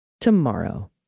tomorrow